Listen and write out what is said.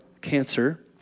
cancer